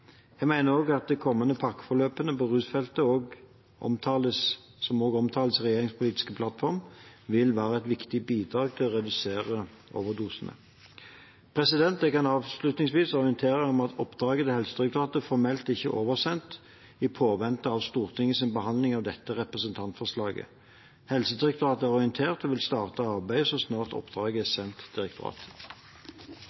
Jeg mener også at de kommende pakkeforløpene på rusfeltet, som også omtales i regjeringens politiske plattform, vil være et viktig bidrag til å redusere overdosene. Jeg kan avslutningsvis orientere om at oppdraget til Helsedirektoratet formelt ikke er oversendt, i påvente av Stortingets behandling av dette representantforslaget. Helsedirektoratet er orientert og vil starte arbeidet så snart oppdraget er